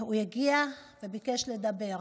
הוא הגיע וביקש לדבר,